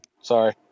sorry